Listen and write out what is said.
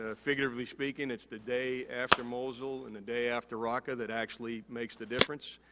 ah figuratively speaking it's the day after mosul and the day after rocca that actually makes the difference.